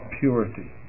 purity